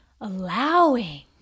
allowing